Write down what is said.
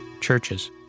Churches